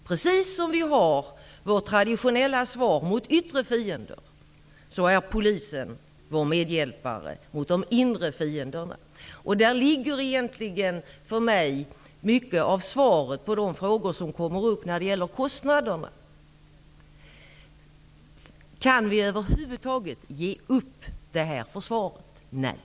Precis som vi har vårt traditionella försvar mot yttre fiender, är polisen vår medhjälpare mot de inre fienderna. Där ligger för mig mycket av svaret på de frågor som kommer upp när det gäller kostnaderna. Kan vi över huvud taget ge upp det här försvaret? Svaret på den frågan är nej.